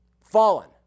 Fallen